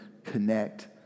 connect